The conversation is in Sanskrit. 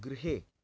गृहे